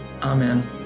amen